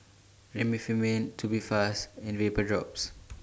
Remifemin Tubifast and Vapodrops